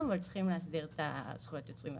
אבל צריכים להסדיר את זכויות היוצרים והמבצעים.